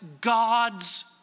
God's